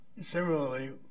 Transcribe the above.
similarly